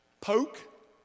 poke